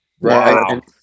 right